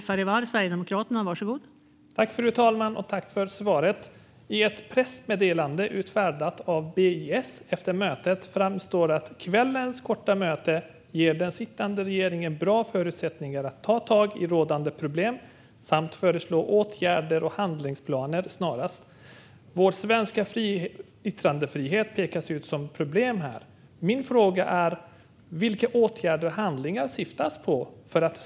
Fru talman! Tack, ministern, för svaret! Av ett pressmeddelande undertecknat av BIS efter mötet framgår att "kvällens korta möte ger den sittande regeringen bra förutsättningar att ta tag i rådande problem samt föreslå åtgärder och handlingsplaner snarast". Vår svenska yttrandefrihet pekas ut som ett problem. Min fråga är: Vilka åtgärder och handlingsplaner åsyftas?